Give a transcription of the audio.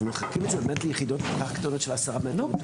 אבל מחלקים את זה באמת ליחידות של 10 מטרים?